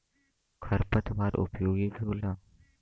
खर पतवार उपयोगी भी होला